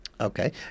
Okay